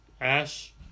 Ash